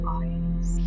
eyes